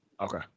Okay